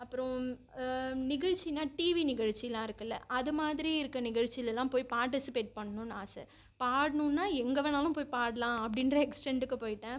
அப்புறம் நிகழ்ச்சின்னா டிவி நிகழ்ச்சிலாம் இருக்குல்ல அதுமாதிரி இருக்க நிகழ்ச்சிலலாம் போய் பாட்டிசிபேட் பண்ணுன்னு ஆசை பாடணும்னா எங்கே வேணாலும் போய் பாடலாம் அப்படின்ற எக்ஸ்டெண்டுக்கு போயிட்டேன்